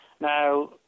Now